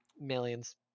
millions